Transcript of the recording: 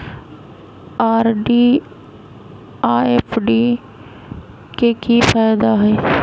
RD आ FD के कि फायदा हई?